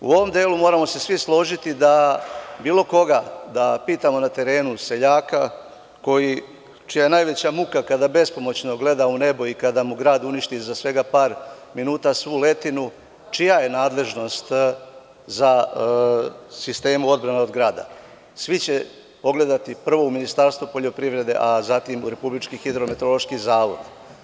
U ovom delu moramo se svi složiti da bilo koga da pitamo na terenu, seljaka čija je najveća muka kada bespomoćno gleda u nebo i kada mu grad uništi za svega par minuta svu letinu, čija je nadležnost sistem odbrane od grada, svi će pogledati prvo u Ministarstvo poljoprivrede, a zatim u Republički hidrometeorološki zavod.